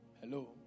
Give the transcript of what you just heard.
Hello